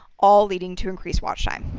all leading to increased watch time.